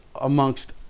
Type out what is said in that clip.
amongst